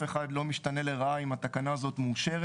אחד לא משתנה לרעה אם התקנה הזו מאושרת.